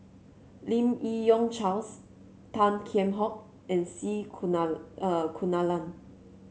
Lim Yi Yong Charles Tan Kheam Hock and C Kunalan